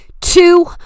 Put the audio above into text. two